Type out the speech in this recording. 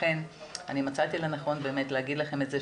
לכן מצאתי לנכון להגיד לכם את זה,